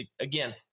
again